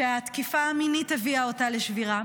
שהתקיפה המינית הביאה אותה לשבירה,